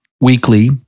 weekly